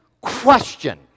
question